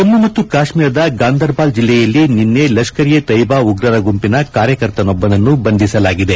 ಜಮ್ಮು ಮತ್ತು ಕಾಶ್ಮೀರದ ಗಾಂದರ್ಬಾಲ್ ಜಿಲ್ಲೆಯಲ್ಲಿ ನಿನ್ನೆ ಲಷ್ಕರ್ ಎ ತೆಯ್ಯಬಾ ಉಗ್ರರ ಗುಂಪಿನ ಕಾರ್ಯಕರ್ತನೊಬ್ಬನನ್ನು ಬಂಧಿಸಲಾಗಿದೆ